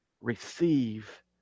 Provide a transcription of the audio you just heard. receive